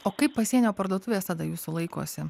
o kaip pasienio parduotuvės tada jūsų laikosi